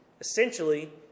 Essentially